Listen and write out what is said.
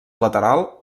lateral